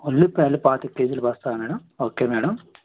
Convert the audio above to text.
ఉల్లిపాయలు పాతిక కేజీలు బస్తా మేడం ఓకే మేడం